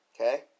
Okay